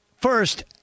first